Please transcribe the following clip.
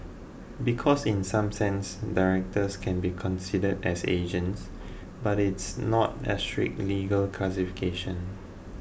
because in some sense directors can be considered as agents but it's not a strict legal classification